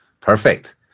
Perfect